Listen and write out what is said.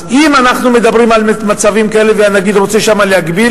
אז אם אנחנו מדברים על מצבים כאלה והנגיד רוצה שם להגביל,